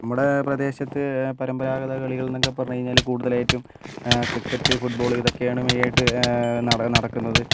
നമ്മുടെ പ്രദേശത്ത് പരമ്പരാഗത കളികൾ എന്നൊക്കെ പറഞ്ഞുകഴിഞ്ഞാൽ കൂടുതലായിട്ടും ക്രിക്കറ്റ് ഫുട്ബോൾ ഇതൊക്കെയാണ് മെയിൻ ആയിട്ട് നട നടക്കുന്നത്